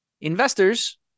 Investors